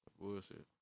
Bullshit